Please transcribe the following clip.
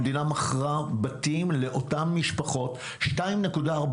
המדינה מכרה בתים לאותן משפחות בסכום של 2.4